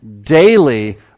daily